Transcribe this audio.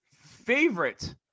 favorite